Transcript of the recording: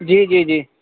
جی جی جی